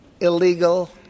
illegal